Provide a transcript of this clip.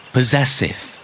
Possessive